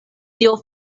dio